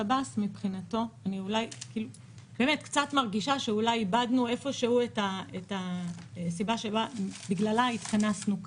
אני באמת קצת מרגישה שאולי איבדנו איפשהו את הסיבה שבגללה התכנסנו כאן.